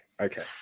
Okay